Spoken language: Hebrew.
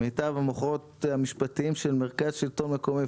עם מיטב המוחות המשפטיים של מרכז שלטון מקומי,